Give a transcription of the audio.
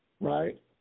right